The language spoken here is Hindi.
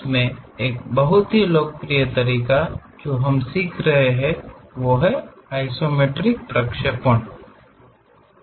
उस में एक बहुत ही लोकप्रिय तरीका जो हम सीख रहे हैं वह आइसोमेट्रिक प्रक्षेपण है